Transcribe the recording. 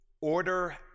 Order